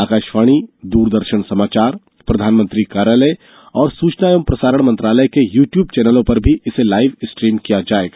आकाशवाणी द्रदर्शन समाचार प्रधानमंत्री कार्यालय और सूचना और प्रसारण मंत्रालय के ल्वनज्नइम चैनलों पर भी इसे लाइव स्ट्रीम किया जाएगा